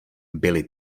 byly